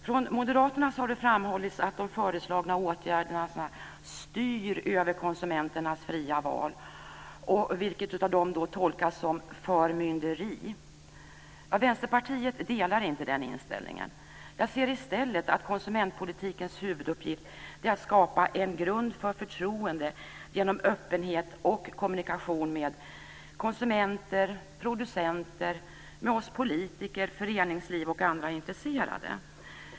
Från moderaterna har det framhållits att de föreslagna åtgärderna "styr över konsumenternas fria val" vilket av dem tolkas som "förmynderi". Vänsterpartiet delar inte den inställningen. Jag ser i stället att konsumentpolitikens huvuduppgift är att skapa en grund för förtroende genom öppenhet och kommunikation med konsumenter, producenter, oss politiker, föreningsliv och andra intresserade.